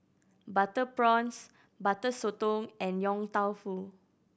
butter prawns Butter Sotong and Yong Tau Foo